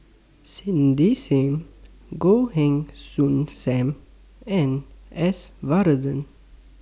Cindy SIM Goh Heng Soon SAM and S Varathan